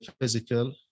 physical